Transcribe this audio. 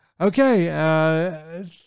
Okay